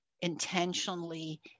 intentionally